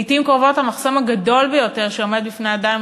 לעתים קרובות המחסום הגדול ביותר שעומד בפני אדם עם